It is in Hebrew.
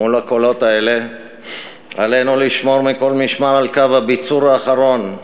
מול הקולות האלה עלינו לשמור מכל משמר על קו הביצור האחרון,